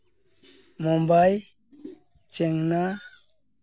Mumbai Chennai